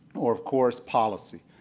or of course policy.